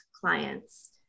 clients